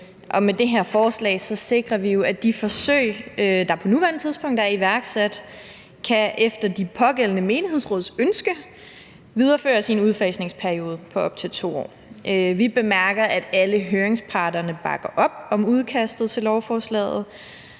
med det her forslag sikrer vi jo, at de forsøg, der på nuværende tidspunkt er iværksat, efter de pågældende menighedsråds ønske kan videreføres i en udfasningsperiode på op til 2 år. Vi bemærker, at alle høringsparterne bakker op om udkastet til lovforslaget,